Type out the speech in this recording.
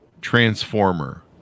transformer